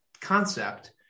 concept